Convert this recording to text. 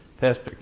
Pastor